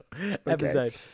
episode